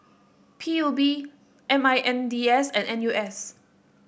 P U B M I N D S and N U S